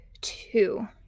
two